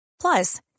Plus